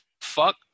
fuck